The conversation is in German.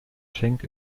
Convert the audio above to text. schenk